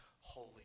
holy